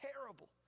terrible